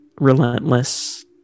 relentless